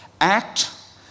act